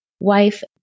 wife